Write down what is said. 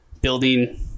building